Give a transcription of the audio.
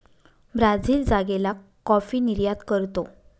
Brazil जागेला coffee निर्यात करतो